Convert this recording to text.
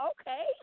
okay